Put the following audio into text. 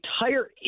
entire